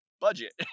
budget